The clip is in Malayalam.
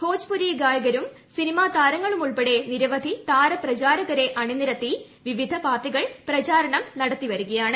ഭോജ്പൂരി ഗായകരും സിനിമാ താരങ്ങളുമുൾപ്പെടെ നിരവധി താരപ്രചാരകരെ അണിനിരത്തി വിവിധ പാർട്ടികൾ പ്രചാരണം നടത്തിവരികയാണ്